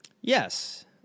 Yes